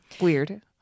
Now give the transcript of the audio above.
weird